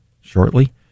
shortly